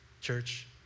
Church